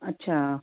अच्छा